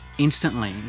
Instantly